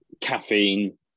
caffeine